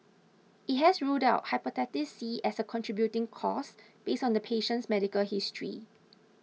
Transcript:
it has ruled out Hepatitis C as a contributing cause based on the patient's medical history